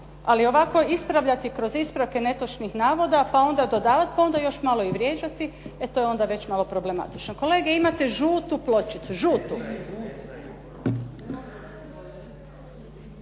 Ali ovako ispravljati kroz ispravke netočnih navoda, pa onda dodavati, pa onda još malo i vrijeđati, e to je onda već malo problematično. Kolege, imate žutu pločicu, žutu.